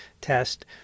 test